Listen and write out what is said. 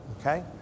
Okay